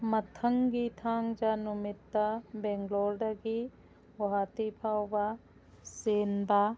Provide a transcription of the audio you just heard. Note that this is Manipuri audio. ꯃꯊꯪꯒꯤ ꯊꯥꯡꯖ ꯅꯨꯃꯤꯠꯇ ꯕꯦꯡꯒ꯭ꯂꯣꯔꯗꯒꯤ ꯒꯨꯋꯥꯍꯥꯇꯤ ꯐꯥꯎꯕ ꯆꯦꯟꯕ